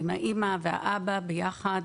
עם האם והאב יחד,